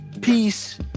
peace